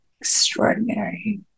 extraordinary